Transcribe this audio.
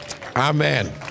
Amen